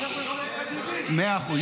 אבל זה איך זה יכול להיות חגיגי --- מאה אחוז,